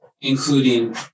including